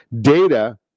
data